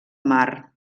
mar